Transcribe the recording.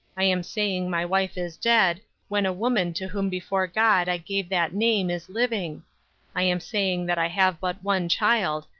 i am saying my wife is dead, when a woman to whom before god i gave that name is living i am saying that i have but one child,